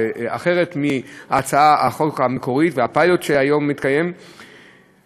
ואחרת מהצעת החוק המקורית והפיילוט שהיום מתקיים,